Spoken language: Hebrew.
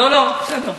לא, לא.